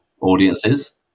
audiences